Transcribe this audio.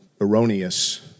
erroneous